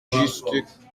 justes